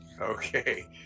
Okay